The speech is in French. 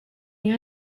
les